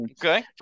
Okay